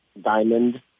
diamond